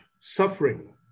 suffering